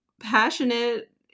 passionate